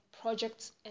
projects